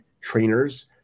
trainers